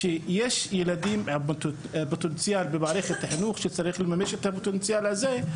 שיש ילדים עם פוטנציאל במערכת החינוך שצריך לממש את הפוטנציאל הזה,